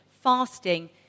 fasting